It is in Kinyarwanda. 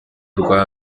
rwa